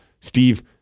Steve